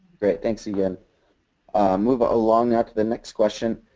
great, thanks again. moving along now to the next question.